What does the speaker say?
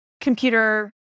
computer